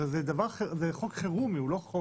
הרי זה חוק חירומי, הוא לא חוק